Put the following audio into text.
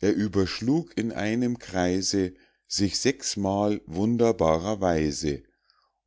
er überschlug in einem kreise sich sechsmal wunderbarer weise